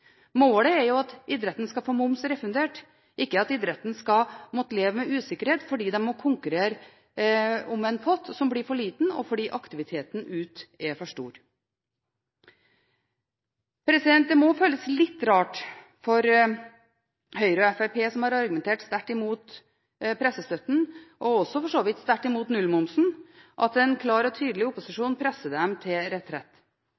Målet er jo at idretten skal få moms refundert, ikke at idretten skal måtte leve med usikkerhet fordi de må konkurrere om en pott som blir for liten, og fordi aktiviteten ute er for stor. Det må føles litt rart for Høyre og Fremskrittspartiet, som har argumentert sterkt imot pressestøtten og for så vidt også sterkt imot nullmomsen, at en klar og tydelig